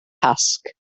pasg